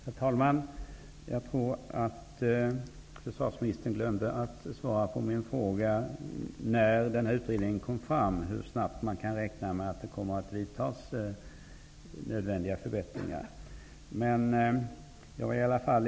Herr talman! Jag tror att försvarsministern glömde att svara på min fråga om hur snabbt man kan räkna med att det kommer att vidtas nödvändiga förbättringar när den här utredningen kommer fram.